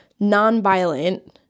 nonviolent